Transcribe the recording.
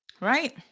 Right